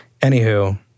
anywho